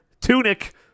tunic